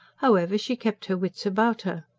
however she kept her wits about her.